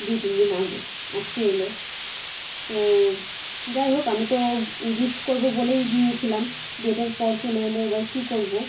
দুই তিন দিন আগে আজকে এলো তো যাই হোক আমি তো গিফট করবো বলেই নিয়েছিলাম ডেটের পর চলে এলো এবার কী করবো